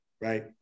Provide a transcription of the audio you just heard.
Right